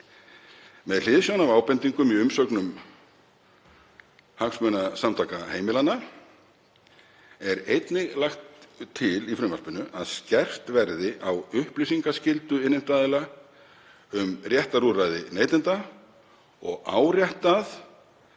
Með hliðsjón af ábendingum í umsögnum Hagsmunasamtaka heimilanna er einnig lagt til í frumvarpinu að skerpt verði á upplýsingaskyldu innheimtuaðila um réttarúrræði neytenda og áréttað